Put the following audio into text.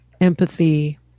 empathy